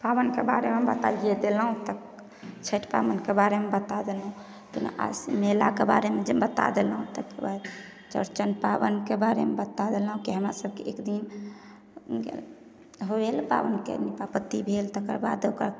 पाबनिके बारेमे तऽ बताइए देलहुँ तऽ छठि पाबनिके बारेमे बता देलहुँ तेना आसिन मेलाके बारेमे बता देलहुँ तकर बाद चौरचन पाबनिके बारेमे बता देलहुँ कि हमरासभकेँ एकदिन भेल पाबनिके निपा पोती भेल तकर बाद ओकरा